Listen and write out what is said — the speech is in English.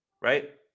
right